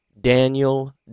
Daniel